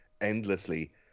endlessly